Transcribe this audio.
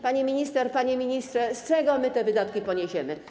Pani minister, panie ministrze, z czego my te wydatki pokryjemy?